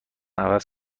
عوض